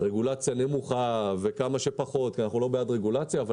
רגולציה נמוכה וכמה שפחות כי אנחנו לא בעד רגולציה,